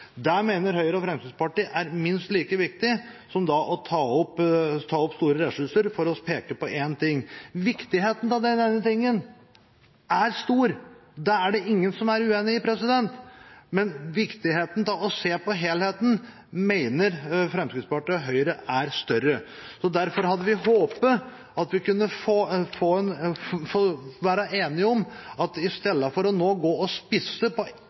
Fremskrittspartiet mener at dette er minst like viktig som å bruke store ressurser for å peke på én ting. Viktigheten av denne ene tingen er stor – det er ingen uenig i – men viktigheten av å se på helheten, mener Fremskrittspartiet og Høyre, er større. Derfor hadde vi håpet at vi kunne være enige om det, at vi istedenfor å være spisset på én bestemt art, ser hele naturmangfoldet under ett for å få en strategi og